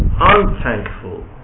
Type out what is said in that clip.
unthankful